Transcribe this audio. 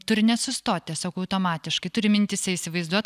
turi nesustot tiesiog automatiškai turi mintyse įsivaizduot